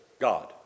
God